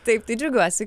taip tai džiaugiuosi